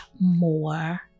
more